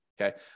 okay